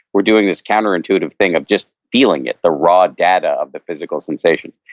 we're doing this counter intuitive thing of just feeling it, the raw data of the physical sensation.